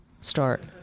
start